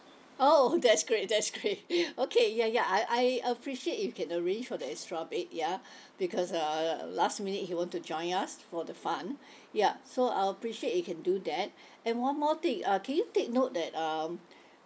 oh that's great that's great okay ya ya I I appreciate you can arrange for the extra bed ya because uh last minute he want to join us for the fun ya so I'll appreciate you can do that and one more thing uh can you take note that um